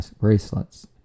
bracelets